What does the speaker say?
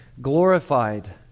glorified